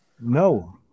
No